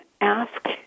Ask